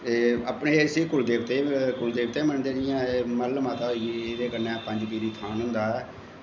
ते अपने इसी कुल देवते कुल देवते बी मन्नदे जियां मल माता होई गेई ते कन्नै पंज पीरी थान होंदा ऐ